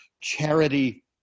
charity